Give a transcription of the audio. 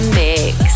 mix